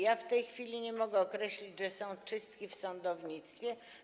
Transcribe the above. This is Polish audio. Ja w tej chwili nie mogę określić, że są czystki w sądownictwie.